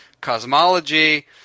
cosmology